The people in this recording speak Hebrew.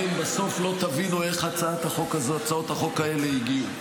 אתם בסוף לא תבינו איך הצעות החוק האלה הגיעו.